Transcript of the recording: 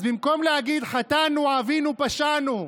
אז במקום להגיד: חטאנו, עווינו, פשענו,